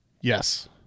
Yes